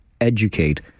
Educate